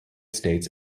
states